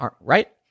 right